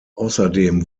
außerdem